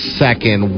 second